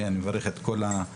אני מברך את כל הנוכחים,